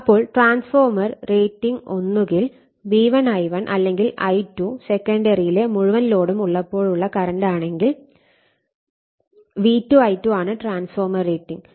അപ്പോൾ transformer rating ഒന്നുകിൽ V1 I1 അല്ലെങ്കിൽ I2 സെക്കന്ഡറിയിലെ മുഴുവൻ ലോഡും ഉള്ളപ്പോഴുള്ള കറന്റ് ആണെങ്കിൽ V2 I2 ആണ് ട്രാൻസ്ഫോർമർ റേറ്റിംഗ്